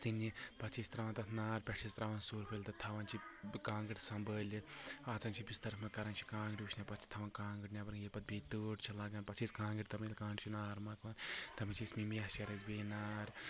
ژِنہِ پتہٕ چھِ أسۍ ترٛاوان تتھ نار پٮ۪ٹھٕ چھِس ترٛاوان سوٗرٕ پھٔلۍ تہٕ تھوان چھِ کانٛگر سنٛبھٲلِتھ اژان چھِ بسترس مںٛز کران چھِ کانٛگرِ وُشنیر پتہٕ چھِ تھوان کانٛگر نٮ۪بر ییٚلہِ پتہٕ بیٚیہِ تۭر چھِ لگان پتہٕ چھِ أسۍ کانٛگر تپان ییٚلہِ کانٛگرِ چھُ نار مۄکلان تمہِ پتہٕ چھِ أسۍ ممی یتھ شیر اسہِ بیٚیہِ نار